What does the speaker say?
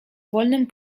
wolnym